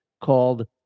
called